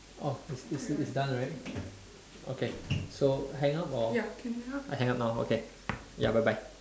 orh it's it's it's done right okay so hang up or I hang up now okay ya bye bye